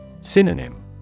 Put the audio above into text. Synonym